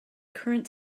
current